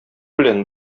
белән